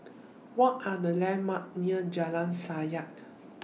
What Are The Landmark near Jalan Sajak